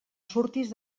surtis